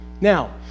Now